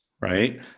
right